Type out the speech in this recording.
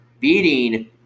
Beating